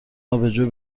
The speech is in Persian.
آبجو